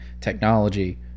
technology